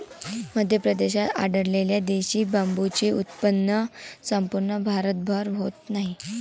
मध्य प्रदेशात आढळलेल्या देशी बांबूचे उत्पन्न संपूर्ण भारतभर होत नाही